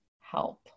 help